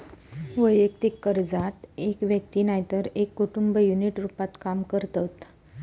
वैयक्तिक कर्जात एक व्यक्ती नायतर एक कुटुंब युनिट रूपात काम करतत